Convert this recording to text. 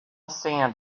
sand